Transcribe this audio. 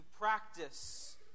practice